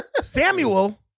Samuel